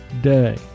day